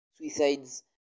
suicides